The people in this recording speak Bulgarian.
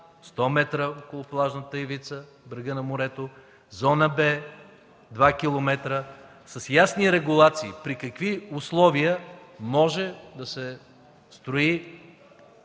100 метра около плажната ивица, брега на морето, Зона Б – 2 километра, с ясни регулации – при какви условия може да се строи